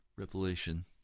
Revelation